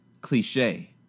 cliche